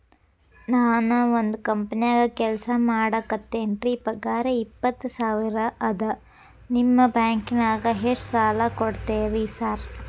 ನಾನ ಒಂದ್ ಕಂಪನ್ಯಾಗ ಕೆಲ್ಸ ಮಾಡಾಕತೇನಿರಿ ಪಗಾರ ಇಪ್ಪತ್ತ ಸಾವಿರ ಅದಾ ನಿಮ್ಮ ಬ್ಯಾಂಕಿನಾಗ ಎಷ್ಟ ಸಾಲ ಕೊಡ್ತೇರಿ ಸಾರ್?